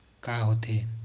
का होथे?